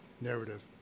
narrative